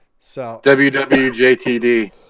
WWJTD